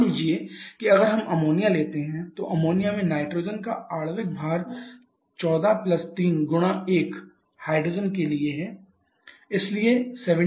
मान लीजिए कि अगर हम अमोनिया लेते हैं तो अमोनिया में नाइट्रोजन का आणविक भार 143 गुणा 1 हाइड्रोजन के लिए है इसलिए 17